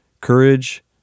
courage